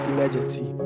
Emergency